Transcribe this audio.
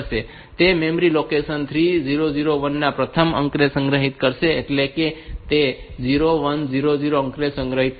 તે memory location 3001 માં પ્રથમ અંકને સંગ્રહિત કરશે એટલે કે તે આ 0 1 0 0 અંકને સંગ્રહિત કરશે